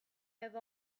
have